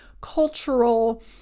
cultural